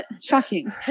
Shocking